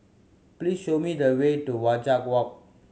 please show me the way to Wajek Walk